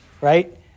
Right